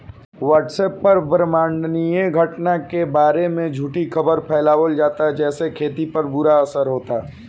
WhatsApp पर ब्रह्माण्डीय घटना के बारे में झूठी खबर फैलावल जाता जेसे खेती पर बुरा असर होता